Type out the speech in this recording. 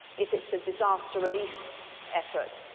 if it's a disaster relief effort,